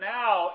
now